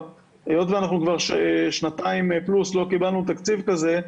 והיות ואנחנו כבר שנתיים פלוס לא קיבלנו תקציב כזה,